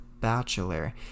Bachelor